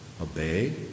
obey